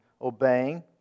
obeying